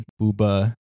booba